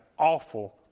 awful